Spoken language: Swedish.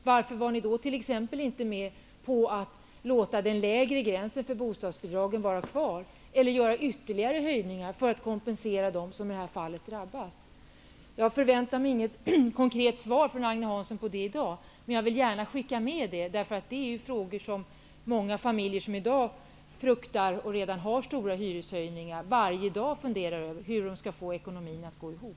Varför gick ni inte med på att låta den lägre gränsen för bostadsbidragen vara kvar, eller att göra ytterligare höjningar för att kompensera dem som drabbas i det här fallet? Jag förväntar mig inte något konkret svar på den frågan i dag, men jag vill skicka med den. Det är många familjer, som i dag fruktar för och redan har fått stora hyreshöjningar, som varje dag funderar över hur de skall få ekonomin att gå ihop.